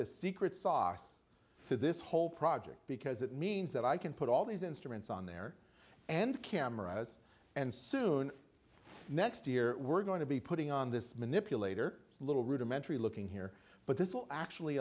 the secret sauce to this whole project because it means that i can put all these instruments on there and cameras and soon next year we're going to be putting on this manipulator a little rudimentary looking here but this will actually